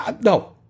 No